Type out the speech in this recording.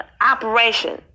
operation